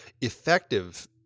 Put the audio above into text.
effective